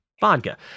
vodka